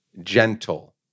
gentle